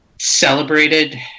celebrated